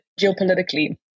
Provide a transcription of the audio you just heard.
geopolitically